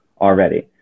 already